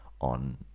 on